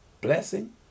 blessing